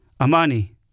Amani